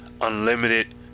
unlimited